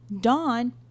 Dawn